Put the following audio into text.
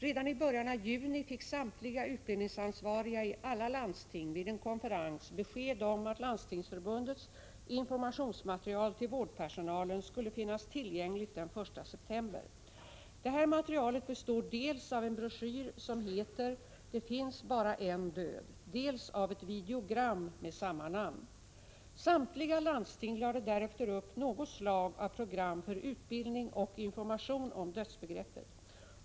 Redan i början av juni fick samtliga utbildningsansvariga i alla landsting vid en konferens besked om att Landstingsförbundets informationsmaterial till vårdpersonalen skulle finnas tillgängligt den 1 september. Det här materialet består dels av en broschyr som heter ”Det finns bara en död”, dels av ett videogram med samma namn. Samtliga landsting lade därefter upp något slag av program för utbildning och information om dödsbegreppet.